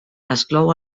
exclou